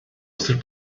sırp